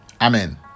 Amen